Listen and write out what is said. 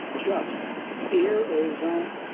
just ear ozone